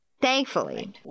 Thankfully